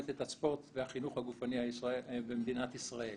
את הספורט והחינוך הגופני במדינת ישראל,